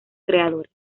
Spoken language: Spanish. creadores